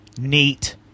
Neat